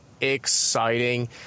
exciting